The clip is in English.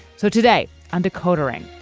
so today under catering.